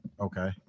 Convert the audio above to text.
okay